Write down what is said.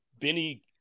Benny